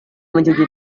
mencuci